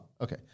okay